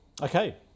okay